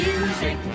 Music